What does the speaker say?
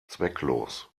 zwecklos